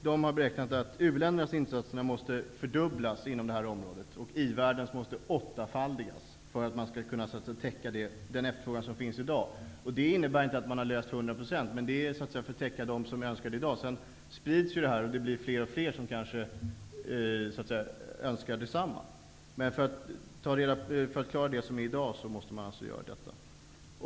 De har beräknat att u-ländernas insatser måste fördubblas inom det här området och i-världens måste åttafaldigas för att man skall kunna täcka den efterfrågan som finns i dag. Det innebär inte att man har löst problemen till 100 %, utan det är för att täcka upp dem som önskar det i dag. Sedan sprids detta, och det kanske blir fler och fler som önskar detsamma. Men för att klara den efterfrågan som finns i dag måste man göra detta.